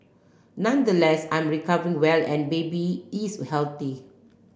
nonetheless I'm recovering well and baby is healthy